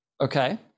Okay